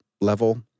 level